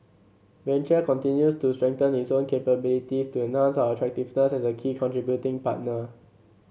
venture continues to strengthen its own capabilities to enhance our attractiveness as a key contributing partner